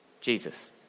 Jesus